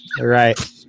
Right